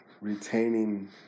retaining